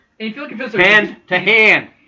Hand-to-hand